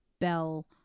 Bell